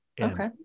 Okay